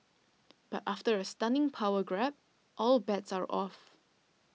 but after a stunning power grab all bets are off